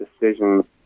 decision